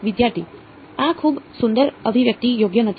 વિદ્યાર્થી આ ખૂબ સુંદર અભિવ્યક્તિ યોગ્ય નથી